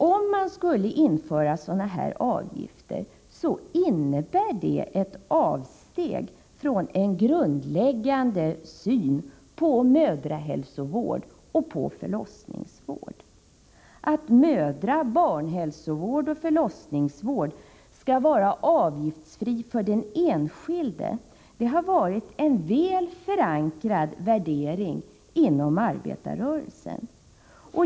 Om dessa avgifter skulle införas, innebär det ett avsteg från en grundläggande syn på mödrahälsovård och förlossningsvård. Att mödraoch barnhälsovård och förlossningsvård skall vara avgiftsfri för den enskilde har varit en väl förankrad värdering inom arbetarrörelsen.